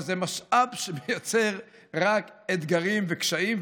אבל זה משאב שמייצר רק אתגרים וקשיים.